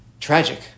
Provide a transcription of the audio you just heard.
Tragic